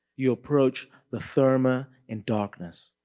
you approach the therme ah in darkness,